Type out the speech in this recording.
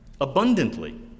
Abundantly